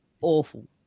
awful